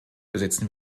besitzen